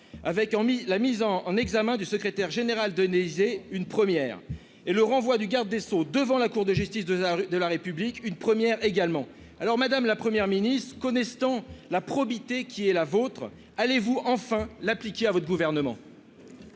avec la mise en examen du secrétaire général de neiger une première et le renvoi du garde des sceaux devant la Cour de justice de la rue de la République une première également alors Madame la première ministre connaissent tant la probité qui est la vôtre, allez-vous enfin l'appliquer à votre gouvernement.